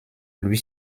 lui